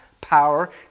power